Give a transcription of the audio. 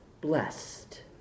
blessed